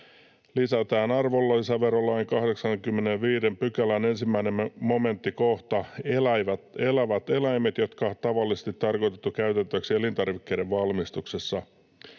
Lisätään arvonlisäverolain 85 §:n 1 momenttiin kohta ”elävät eläimet, jotka on tavallisesti tarkoitettu käytettäväksi elintarvikkeiden valmistuksessa”.